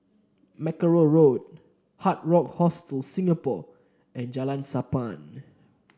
Mackerrow Road Hard Rock Hostel Singapore and Jalan Sappan